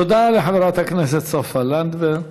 תודה לחברת הכנסת סופה לנדבר.